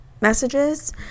messages